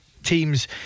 teams